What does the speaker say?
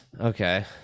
Okay